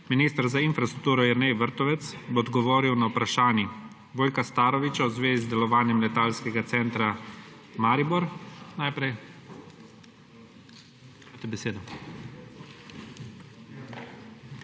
Minister za infrastrukturo Jernej Vrtovec bo odgovoril na vprašanji Vojka Starovića, najprej v zvezi z delovanjem letalskega centra Maribor.